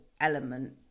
element